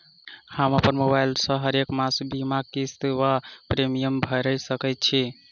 हम अप्पन मोबाइल सँ हरेक मास बीमाक किस्त वा प्रिमियम भैर सकैत छी?